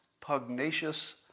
pugnacious